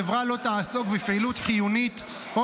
החברה לא תעסוק בפעילות חיונית או